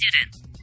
student